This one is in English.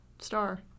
star